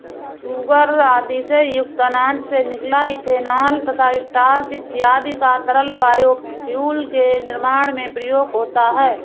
sugar आदि से युक्त अनाज से निकला इथेनॉल तथा स्टार्च इत्यादि का तरल बायोफ्यूल के निर्माण में प्रयोग होता है